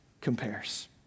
compares